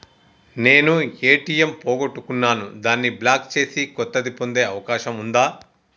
నేను ఏ.టి.ఎం పోగొట్టుకున్నాను దాన్ని బ్లాక్ చేసి కొత్తది పొందే అవకాశం ఉందా?